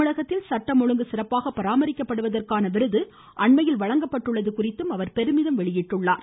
தமிழகத்தில் சட்டம் ஒழுங்கு சிறப்பாக பராமரிக்கப்படுவதற்கான விருது அண்மையில் வழங்கப்பட்டுள்ளது குறித்தும் அவர் பெருமிதம் வெளியிட்டார்